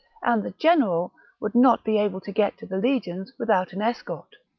and the general would not be able to get to the legions without an escort.